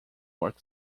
york